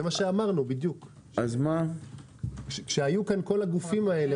זה מה שאמרנו כשהיו כאן כל הגופים האלה,